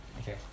Okay